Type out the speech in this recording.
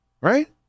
right